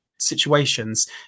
situations